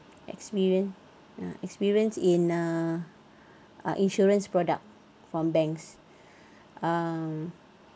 experience ah experience in uh insurance product from banks um